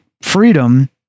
freedom